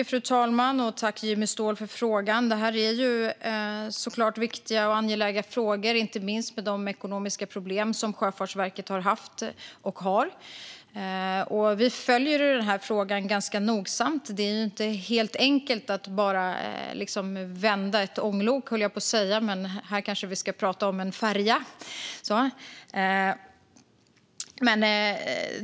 Fru talman! Tack för frågan, Jimmy Ståhl! Detta är självklart viktiga och angelägna frågor, inte minst med tanke på de ekonomiska problem som Sjöfartsverket har haft och har. Vi följer den här frågan ganska nogsamt. Det är inte helt enkelt att bara vända ett ånglok, höll jag på att säga - här kanske vi snarare ska prata om en färja.